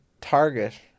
Target